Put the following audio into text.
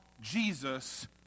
Jesus